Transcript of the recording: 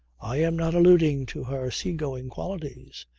i am not alluding to her sea-going qualities.